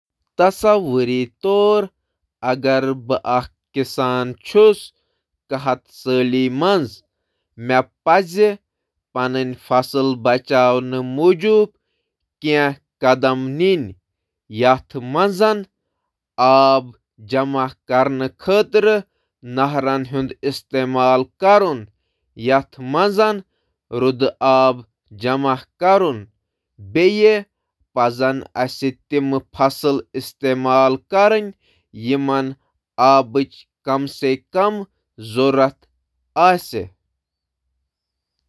تصور کٔرِو، بہٕ چُھس خۄشکی دوران اکھ کٔمیٖن دار۔ مےٚ پَزِ پننِس فصلٕچ حِفاظت کرٕنۍ، آب جمع کرنہٕ خٲطرٕ، تہٕ نہرُک آب تہٕ روٗدُک آب استعمال کرُن۔ تہٕ اسہِ چھُ تِم فصل وۄپداوٕنۍ یِم ۔ آبٕچ ضرورت چِھ کم۔